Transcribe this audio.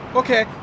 okay